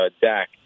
Dak